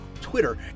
Twitter